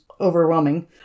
overwhelming